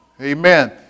Amen